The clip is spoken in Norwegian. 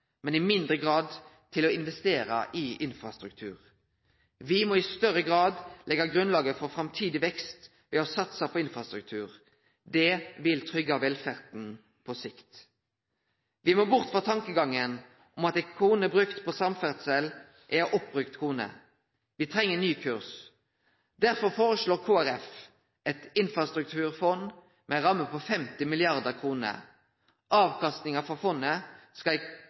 men i mindre grad til å investere i infrastruktur. Me må i større grad leggje grunnlaget for framtidig vekst ved å satse på infrastruktur. Det vil tryggje velferda på sikt. Me må bort frå tankegangen om at ei krone brukt på samferdsel er ei oppbrukt krone. Me treng ein ny kurs. Derfor foreslår Kristeleg Folkeparti eit infrastrukturfond med ei ramme på 50 mrd. kr. Avkastinga frå fondet skal kome i